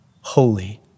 holy